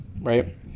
right